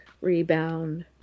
rebound